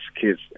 kids